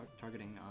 targeting